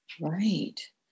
Right